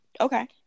Okay